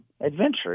Adventure